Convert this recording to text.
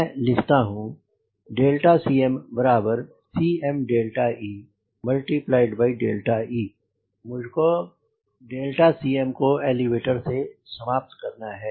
मैं लिखता हूँ CmCmee मुझको Cm को एलीवेटर से समाप्त करना है